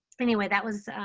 anyways, that was